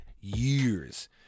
years